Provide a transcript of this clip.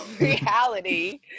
reality